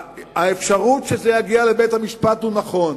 האפשרות שזה יגיע לבית-המשפט, נכון,